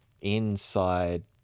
Inside